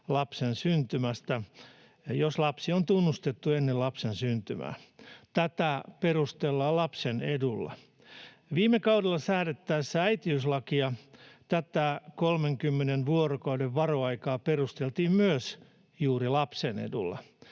lapsen syntymästä, jos lapsi on tunnustettu ennen lapsen syntymää. Tätä perustellaan lapsen edulla. Viime kaudella äitiyslakia säädettäessä tätä 30 vuorokauden varoaikaa perusteltiin myös juuri lapsen edulla